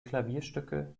klavierstücke